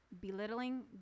belittling